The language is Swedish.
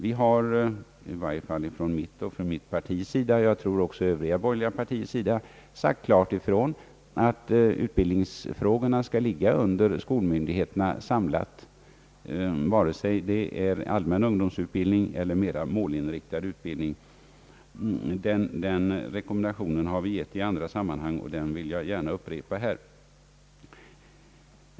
Vi har i varje fall från mitt parti — och jag tror också från övriga borgerliga partier — klart sagt ifrån att utbildningsfrågorna skall ligga samlade på skolmyndigheterna, vare sig det är fråga om allmän ungdomsutbildning eller mera målinriktad utbildning. Den rekommendationen har vi givit i andra sammanhang, och den vill jag gärna upprepa här.